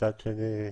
מצד שני,